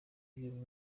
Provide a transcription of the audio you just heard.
y’uyu